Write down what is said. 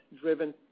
driven